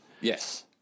Yes